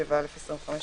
שהוא אולם או גן